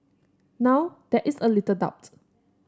now there is little doubt